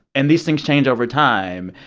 and these things change over time.